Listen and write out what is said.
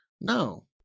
no